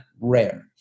rare